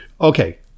Okay